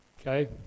Okay